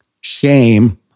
shame